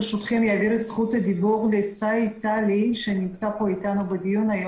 ברשותכם אעביר את זכות הדיבור לסאיד תלי שנמצא אתנו בדיון,